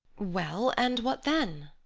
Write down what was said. well, and what then?